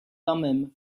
thummim